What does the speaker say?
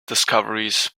discoveries